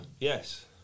Yes